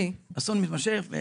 אסון מתמשך.